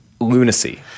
lunacy